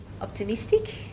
optimistic